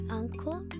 uncle